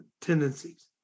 tendencies